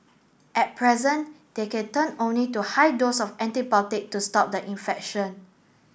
at present they can turn only to high dose of antibiotic to stop the infection